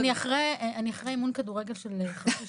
אני אחרי אימון כדורגל של חצי שעה,